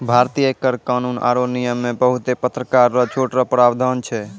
भारतीय कर कानून आरो नियम मे बहुते परकार रो छूट रो प्रावधान छै